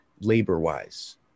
labor-wise